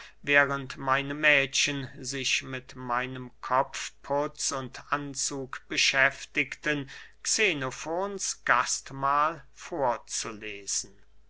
während meine mädchen sich mit meinem kopfputz und anzug beschäftigten xenofons gastmahl vorzulesen